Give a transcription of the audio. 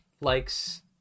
likes